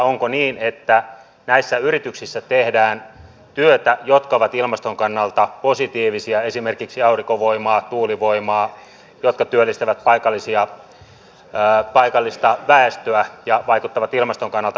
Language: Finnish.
onko niin että näissä yrityksissä tehdään työtä joka on ilmaston kannalta positiivista esimerkiksi aurinkovoimaa tuulivoimaa jotka työllistävät paikallista väestöä ja vaikuttavat ilmaston kannalta positiivisesti